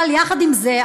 אבל יחד עם זה,